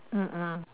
mm mm